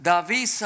David